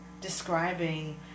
describing